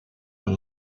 een